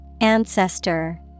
Ancestor